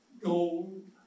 Gold